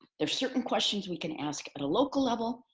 there's certain questions we can ask at a local level,